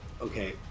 Okay